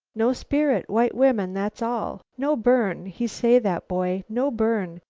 no spirit white woman, that's all. no burn. he say, that boy, no burn.